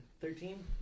Thirteen